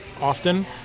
often